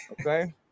okay